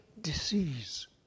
disease